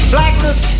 Blackness